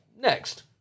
Next